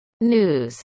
news